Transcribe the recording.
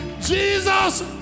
Jesus